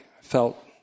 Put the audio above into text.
felt